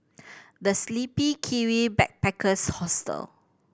The Sleepy Kiwi Backpackers Hostel